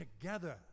together